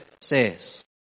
says